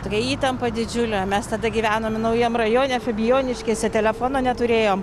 tokia įtampa didžiulė mes tada gyvenome naujam rajone fabijoniškėse telefono neturėjom